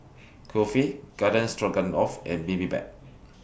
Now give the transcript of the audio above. Kulfi Garden Stroganoff and Bibimbap